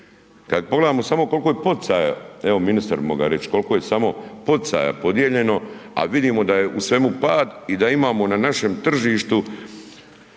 Kad pogledamo samo koliko je poticaja, evo ministar bi mogao reći, koliko je samo poticaja podijeljeno, a vidimo da je u svemu pad i da imamo na našem tržištu